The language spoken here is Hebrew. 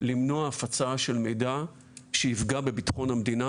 למנוע הפצה של מידע שיפגע בביטחון המדינה.